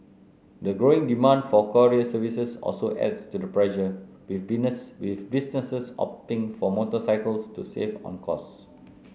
the growing demand for courier services also adds to the pressure with with businesses opting for motorcycles to save on costs